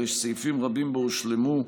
הרי שסעיפים רבים בו הושלמו,